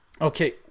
Okay